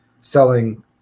selling